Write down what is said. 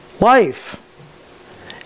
Life